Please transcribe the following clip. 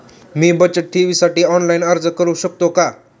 मी बचत ठेवीसाठी ऑनलाइन अर्ज करू शकतो का?